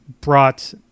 brought